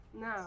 No